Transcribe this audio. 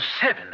seven